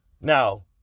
Now